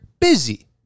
busy